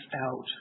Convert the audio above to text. Out